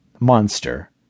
monster